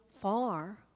far